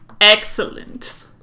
Excellent